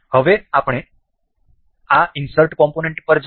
હવે આપણે આ ઇન્સર્ટ કમ્પોનન્ટ પર જઈશું